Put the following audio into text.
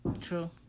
True